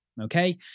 Okay